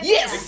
Yes